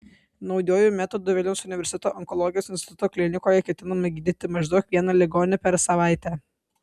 naujuoju metodu vilniaus universiteto onkologijos instituto klinikoje ketinama gydyti maždaug vieną ligonį per savaitę